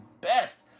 best